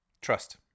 Trust